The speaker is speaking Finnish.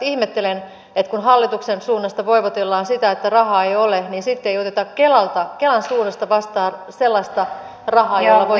ihmettelen että kun hallituksen suunnasta voivotellaan sitä että rahaa ei ole niin sitten ei oteta kelan suunnasta vastaan sellaista rahaa jolla voitaisiin toteuttaa kunnollinen perustulokokeilu